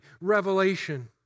revelation